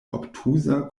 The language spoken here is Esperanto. obtuza